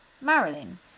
Marilyn